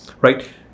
Right